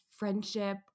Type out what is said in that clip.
Friendship